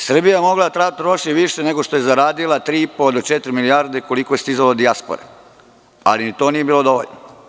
Srbija je mogla da troši više nego što je zaradila 3,5 do 4 milijarde koliko je stizalo od dijaspore, ali ni to nije bilo dovoljno.